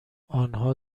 آنها